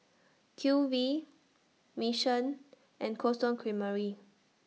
Q V Mission and Cold Stone Creamery